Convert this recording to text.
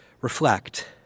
reflect